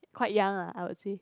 quite young ah I would say